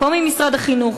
פה ממשרד החינוך,